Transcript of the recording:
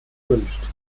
wünscht